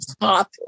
top